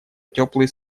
теплые